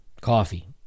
coffee